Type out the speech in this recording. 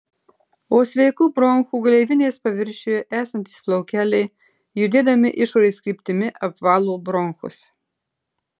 o sveikų bronchų gleivinės paviršiuje esantys plaukeliai judėdami išorės kryptimi apvalo bronchus